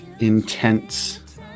intense